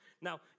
Now